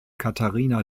katharina